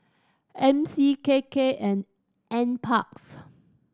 M C K K and N Parks